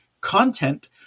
content